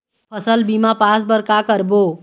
फसल बीमा पास बर का करबो?